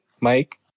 Mike